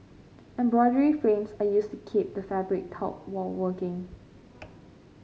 embroidery frames are used to keep the fabric taut while working